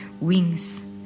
wings